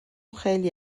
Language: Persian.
خیلی